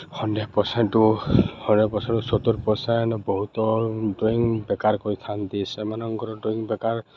hundred ପରସେଣ୍ଟ୍ରୁ hundred ପରସେଣ୍ଟ୍ରୁ ସତୁର୍ ପରସେଣ୍ଟ୍ ବହୁତ ଡ୍ରଇଂ ବେକାର୍ କରିଥାନ୍ତି ସେମାନଙ୍କର ଡ୍ରଇଂ ବେକାର୍